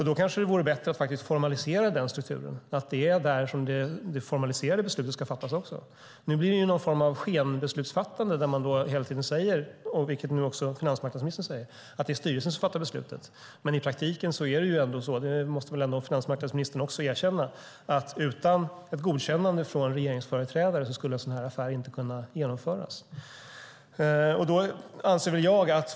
Då vore det kanske bättre att formalisera den strukturen, nämligen att det är där det formella beslutet ska fattas. Nu blir det någon form av skenbeslutsfattande där man hela tiden säger, precis som finansmarknadsministern, att det är styrelsen som fattar beslutet. I praktiken är det dock så, och det måste väl ändå finansmarknadsministern erkänna, att utan ett godkännande från regeringsföreträdare skulle en sådan här affär inte kunna genomföras.